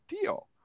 deal